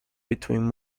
between